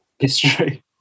History